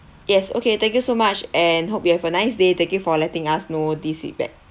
yes okay thank you so much and hope you have a nice day thank you for letting us know this feedback